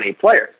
players